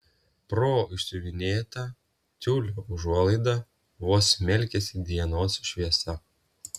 pro išsiuvinėtą tiulio užuolaidą vos smelkėsi dienos šviesa